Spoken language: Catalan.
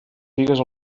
figues